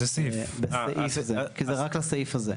בסעיף זה, כי זה רק לסעיף הזה.